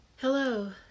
Hello